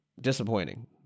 disappointing